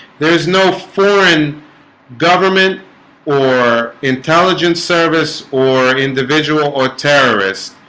there is no foreign government or intelligence service or individual or terrorist